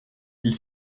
ils